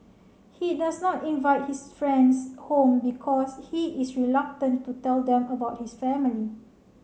he does not invite his friends home because he is reluctant to tell them about his family